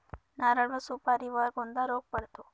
नारळ व सुपारीवर कोणता रोग पडतो?